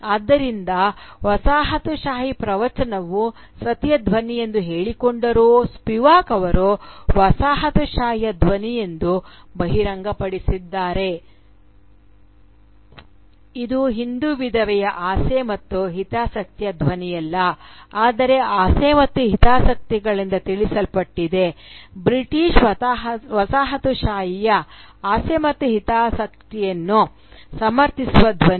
ಆದ್ದರಿಂದ ವಸಾಹತುಶಾಹಿ ಪ್ರವಚನವು ಸತಿಯ ಧ್ವನಿಯೆಂದು ಹೇಳಿಕೊಂಡರೂ ಸ್ಪಿವಾಕ್ ಅವರು ವಸಾಹತುಶಾಹಿಯ ಧ್ವನಿಯೆಂದು ಬಹಿರಂಗಪಡಿಸಿದ್ದಾರೆ ಇದು ಹಿಂದೂ ವಿಧವೆಯ ಆಸೆ ಮತ್ತು ಹಿತಾಸಕ್ತಿಯ ಧ್ವನಿಯಲ್ಲ ಆದರೆ ಆಸೆ ಮತ್ತು ಹಿತಾಸಕ್ತಿಗಳಿಂದ ತಿಳಿಸಲ್ಪಟ್ಟಿದೆ ಬ್ರಿಟಿಷ್ ವಸಾಹತುಶಾಹಿಯ ಆಸೆ ಮತ್ತು ಹಿತಾಸಕ್ತಿಯನ್ನು ಸಮರ್ಥಿಸುವ ಧ್ವನಿ